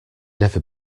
never